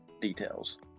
details